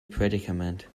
predicament